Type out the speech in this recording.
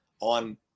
on